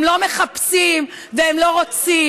הם לא מחפשים והם לא רוצים,